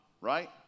right